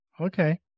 Okay